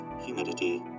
humidity